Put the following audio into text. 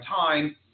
time